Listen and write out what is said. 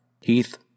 Heath